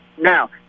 Now